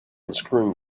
unscrewing